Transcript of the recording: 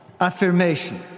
affirmation